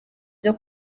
byo